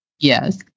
Yes